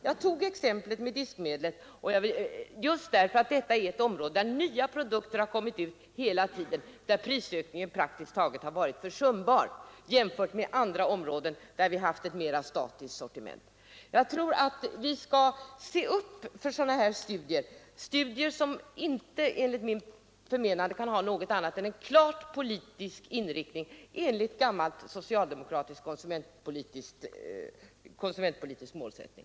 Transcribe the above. Jag tog exemplet med diskmedel just därför att detta är ett område där nya produkter har kommit ut i marknaden hela tiden och där prisökningen praktiskt taget har varit försumbar om man jämför med andra områden där vi haft ett mera statiskt sortiment. Jag tror att vi skall se upp med sådana här studier, som enligt mitt förmenande inte kan ha annat än en klart politisk inriktning enligt gammal socialdemokratisk konsumentpolitisk målsättning.